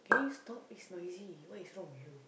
can you stop it's noisy what is wrong with you